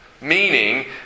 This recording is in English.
meaning